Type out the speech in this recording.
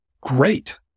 great